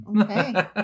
Okay